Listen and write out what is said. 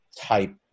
type